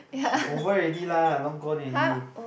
it's a over already lah long gone already